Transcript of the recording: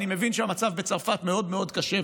אני מבין שהמצב בצרפת מאוד מאוד קשה,